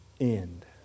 end